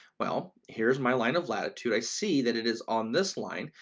well, here's my line of latitude, i see that it is on this line,